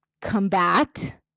combat